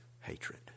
hatred